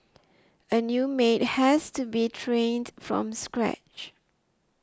a new maid has to be trained from scratch